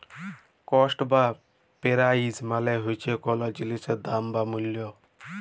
cost বা price মালে হছে কল জিলিসের দাম বা মূল্য